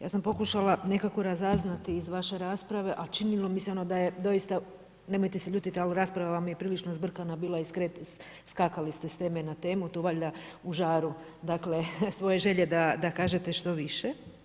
Ja sam pokušala nekako razaznati iz vaše rasprave a činilo mi se ono da je doista, nemojte se ljutiti, ali rasprava mi je prilično zbrkana bila i skakali ste s teme na temu, to valjda u žaru svoje želje da kažete što više.